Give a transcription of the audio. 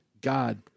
God